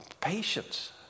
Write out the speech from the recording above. patience